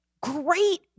great